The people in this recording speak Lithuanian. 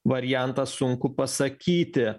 variantą sunku pasakyti